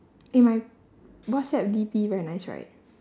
eh my whatsapp D_P very nice right